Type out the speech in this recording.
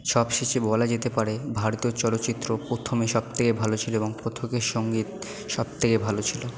সবশেষে বলা যেতে পারে ভারতীয় চলচ্চিত্র প্রথমে সবথেকে ভালো ছিল এবং সঙ্গে সব থেকে ভালো ছিল